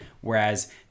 Whereas